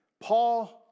Paul